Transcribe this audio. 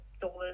dollars